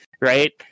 right